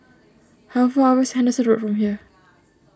how far away is Henderson Road from here